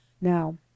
now